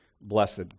blessed